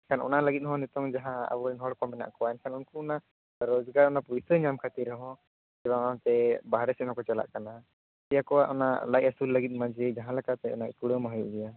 ᱮᱱᱠᱷᱟᱱ ᱚᱱᱟ ᱞᱟᱹᱜᱤ ᱦᱚᱸ ᱱᱤᱛᱚᱝ ᱡᱟᱦᱟᱸ ᱟᱵᱚᱨᱮᱱ ᱦᱚᱲ ᱠᱚ ᱢᱮᱱᱟᱜ ᱠᱚᱣᱟ ᱮᱱᱠᱷᱟᱱ ᱩᱱᱠᱩ ᱚᱱᱟ ᱨᱚᱡᱽᱜᱟᱨ ᱚᱱᱟ ᱯᱩᱭᱥᱟᱹ ᱧᱟᱢ ᱠᱷᱟᱹᱛᱤᱨ ᱨᱮᱦᱚᱸ ᱪᱮᱫᱟᱜ ᱵᱟᱝᱥᱮ ᱵᱟᱨᱦᱮ ᱠᱟᱹᱢᱤ ᱠᱚ ᱪᱟᱞᱟᱜ ᱠᱟᱱᱟ ᱥᱮ ᱟᱠᱚᱣᱟᱜ ᱚᱱᱟ ᱞᱟᱡ ᱟᱹᱥᱩᱞ ᱞᱟᱹᱜᱤᱫ ᱢᱟ ᱡᱟᱦᱟᱸ ᱞᱮᱠᱟᱛᱮ ᱚᱱᱟ ᱠᱩᱲᱟᱹᱣ ᱢᱟ ᱦᱩᱭᱩᱜ ᱜᱮᱭᱟ